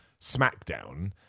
SmackDown